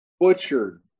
butchered